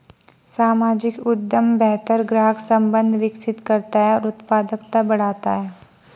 सामाजिक उद्यम बेहतर ग्राहक संबंध विकसित करता है और उत्पादकता बढ़ाता है